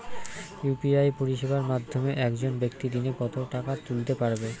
UPI পরিষেবার মাধ্যমে একজন ব্যাক্তি দিনে কত টাকা তুলতে পারবে?